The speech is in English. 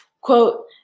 Quote